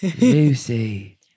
Lucy